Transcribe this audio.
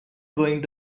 going